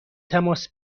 تماس